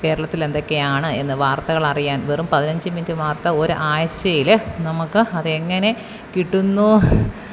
കേരളത്തിലെന്തൊക്കെയാണ് എന്ന് വാര്ത്തകൾ അറിയാന് വെറും പതിനഞ്ച് മിനിറ്റ് വാര്ത്ത ഒരാഴ്ച്ചയിൽ നമുക്ക് അതെങ്ങനെ കിട്ടുന്നു